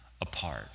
apart